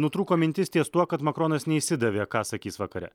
nutrūko mintis ties tuo kad makronas neišsidavė ką sakys vakare